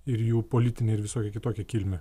ir jų politinę ir visokią kitokią kilmę